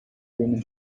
women